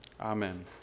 Amen